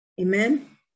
amen